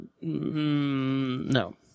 No